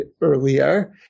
earlier